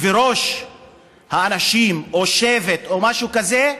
ראש האנשים, או השבט או משהו כזה,